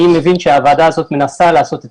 אני מבין שהוועדה הזאת מנסה לעשות את